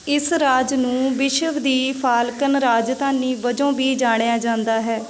ਇਸ ਰਾਜ ਨੂੰ ਵਿਸ਼ਵ ਦੀ ਫਾਲਕਨ ਰਾਜਧਾਨੀ ਵਜੋਂ ਵੀ ਜਾਣਿਆ ਜਾਂਦਾ ਹੈ